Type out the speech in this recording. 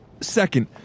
Second